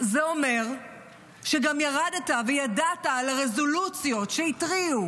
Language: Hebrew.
זה אומר שגם ידעת וירדת לרזולוציות שהתריעו